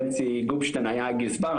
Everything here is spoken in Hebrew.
בנצי גופשטיין היה הגזבר,